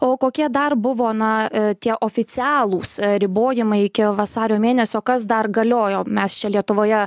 o kokie dar buvo na tie oficialūs ribojimai iki vasario mėnesio kas dar galiojo mes čia lietuvoje